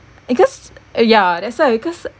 because yeah that's why because